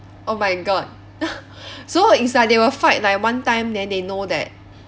oh my god so is like they will fight like one time then they know that